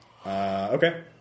Okay